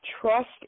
trust